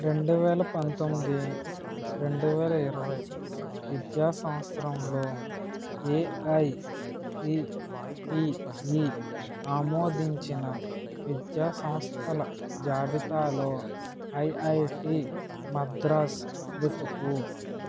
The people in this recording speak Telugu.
రెండువేల పంతొమ్మిది రెండువేల ఇరవై విద్యా సంవత్సరంలో ఏఐసిటిఈ ఆమోదించిన విద్యా సంస్థల జాబితాలో ఐఐటి మద్రాస్ వెతుకు